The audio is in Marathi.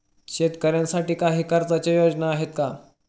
शेतकऱ्यांसाठी काही कर्जाच्या योजना आहेत का?